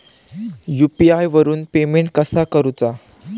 UPI वरून payment कसा करूचा?